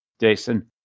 Jason